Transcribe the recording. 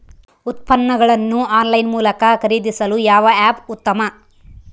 ಉತ್ಪನ್ನಗಳನ್ನು ಆನ್ಲೈನ್ ಮೂಲಕ ಖರೇದಿಸಲು ಯಾವ ಆ್ಯಪ್ ಉತ್ತಮ?